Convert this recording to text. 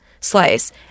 Slice